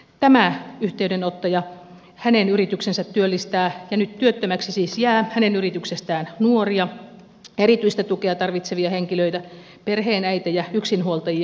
tämä yhteydenottaja hänen yrityksensä työllistää ja nyt työttömäksi siis jää hänen yrityksestään nuoria erityistä tukea tarvitsevia henkilöitä perheenäitejä yksinhuoltajia